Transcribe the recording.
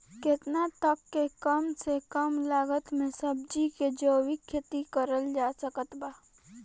केतना तक के कम से कम लागत मे सब्जी के जैविक खेती करल जा सकत बा?